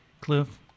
Cliff